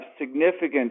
significant